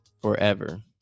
forever